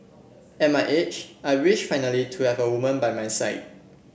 at my age I wish finally to have a woman by my side